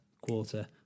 quarter